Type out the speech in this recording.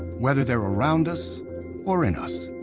whether they're around us or in us.